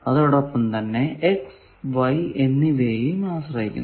അതോടൊപ്പം തന്നെ xy എന്നിവയെയും ആശ്രയിക്കുന്നു